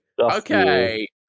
Okay